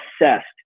obsessed